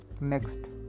Next